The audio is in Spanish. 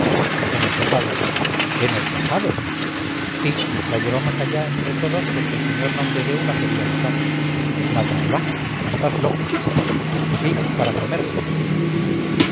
en el tejado en el tejado sí la llevamos allá entre todos porque el sr nomdedeu la quería matar matarla estás loco sí para comérsela